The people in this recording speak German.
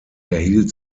erhielt